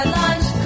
lunch